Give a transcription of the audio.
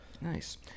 Nice